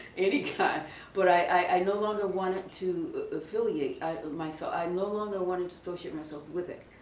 any kind but i no longer wanted to affiliate myself, i no longer wanted to socialize myself with it,